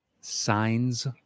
signs